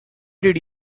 did